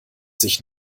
sich